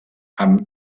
amb